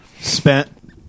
spent